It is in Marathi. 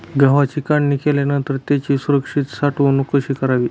गव्हाची काढणी केल्यानंतर त्याची सुरक्षित साठवणूक कशी करावी?